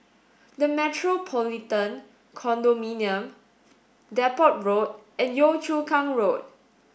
the Metropolitan Condominium Depot Road and Yio Chu Kang Road